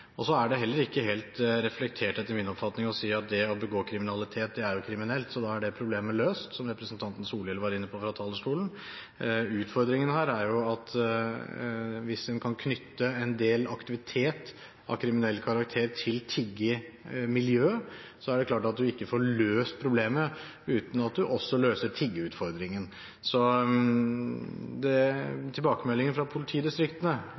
sammenheng. Så er det heller ikke helt reflektert, etter min oppfatning, å si at det å begå kriminalitet er kriminelt, så da er det problemet løst, som representanten Solhjell var inne på fra talerstolen. Utfordringen her er jo at hvis en kan knytte en del aktivitet av kriminell karakter til tiggermiljøet, er det klart at en ikke får løst problemet uten at en også løser tiggerutfordringen. Tilbakemeldingene fra politidistriktene